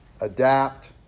adapt